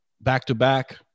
back-to-back